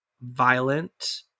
violent